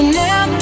now